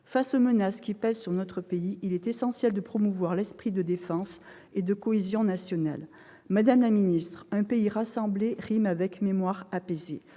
égard aux menaces qui pèsent sur notre pays, il est essentiel de promouvoir l'esprit de défense et de cohésion nationale. Madame la secrétaire d'État, pays rassemblé rime avec mémoire apaisée